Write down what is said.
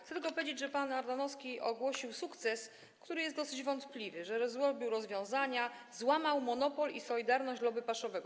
Chcę tylko powiedzieć, że pan Ardanowski ogłosił sukces, który jest dosyć wątpliwy, że przygotował rozwiązania, złamał monopol i solidarność lobby paszowego.